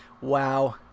Wow